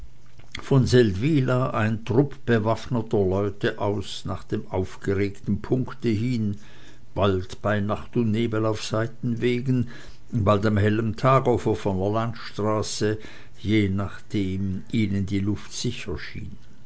von seldwyla ein trupp bewaffneter leute aus nach dem aufgeregten punkte hin bald bei nacht und nebel auf seitenwegen bald am hellen tage auf offener landstraße je nachdem ihnen die luft sicher schien